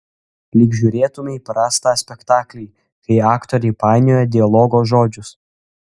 lyg žiūrėtumei prastą spektaklį kai aktoriai painioja dialogo žodžius